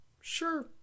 Sure